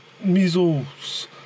measles